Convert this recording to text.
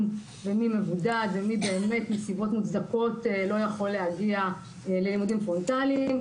ומי מבודד ומי באמת מסיבות מוצדקות לא יכול להגיע ללימודים פרונטליים,